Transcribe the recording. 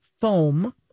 Foam